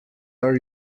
are